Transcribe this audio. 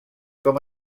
com